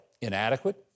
inadequate